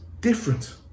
different